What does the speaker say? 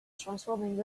transforming